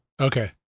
Okay